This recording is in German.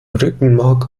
rückenmark